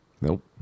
Nope